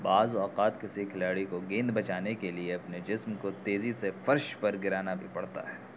بعض اوقات کسی کھلاڑی کو گیند بچانے کے لیے اپنے جسم کو تیزی سے فرش پر گرانا بھی پڑتا ہے